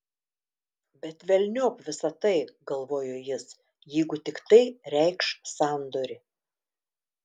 bet velniop visa tai galvojo jis jeigu tik tai reikš sandorį